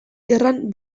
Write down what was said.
gerran